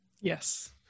Yes